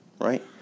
Right